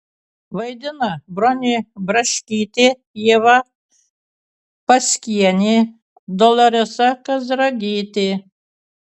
vaidina bronė braškytė ieva paskienė doloresa kazragytė